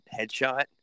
headshot